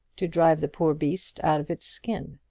to drive the poor beast out of its skin?